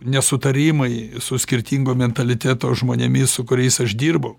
nesutarimai su skirtingo mentaliteto žmonėmis su kuriais aš dirbau